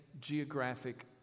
geographic